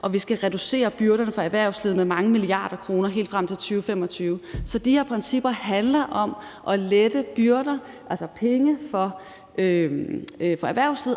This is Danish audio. at vi skal reducere byrderne for erhvervslivet med mange milliarder kroner helt frem til 2025. Så de her principper handler om at lette byrder, altså i forhold til penge, for erhvervslivet,